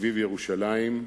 סביב ירושלים,